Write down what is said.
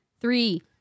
Three